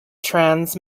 trans